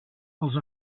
els